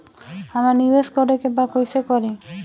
हमरा निवेश करे के बा कईसे करी?